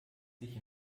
sich